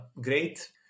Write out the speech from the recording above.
great